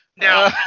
Now